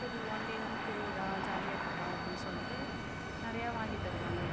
சரி one day தானே திருவிழா ஜாலியாக இருக்கட்டும் அப்படின்னு சொல்லிவிட்டு நிறையா வாங்கித் தருவாங்கள்